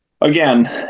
again